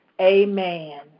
Amen